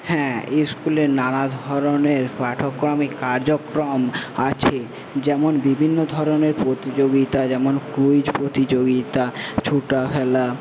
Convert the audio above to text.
হ্যাঁ স্কুলে নানা ধরনের পাঠক্রমিক কার্যক্রম আছে যেমন বিভিন্ন ধরনের প্রতিযোগিতা যেমন কুইজ প্রতিযোগিতা ছোটা খেলা